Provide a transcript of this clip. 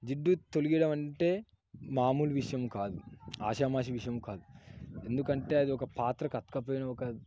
జిడ్డు తొలగించడమంటే మాములు విషయం కాదు ఆషామాషి విషయం కాదు ఎందుకంటే అది ఒక పాత్రకు అతక్కపోయినా ఒక